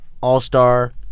All-Star